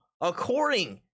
according